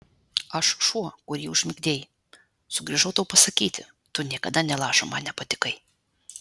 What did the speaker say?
aš šuo kurį užmigdei sugrįžau tau pasakyti tu niekada nė lašo man nepatikai